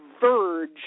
verge